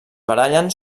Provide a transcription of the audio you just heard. barallen